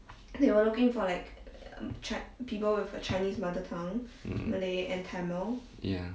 ya